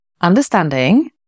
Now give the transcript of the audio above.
understanding